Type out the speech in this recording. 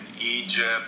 Egypt